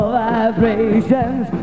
vibrations